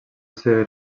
ser